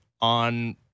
on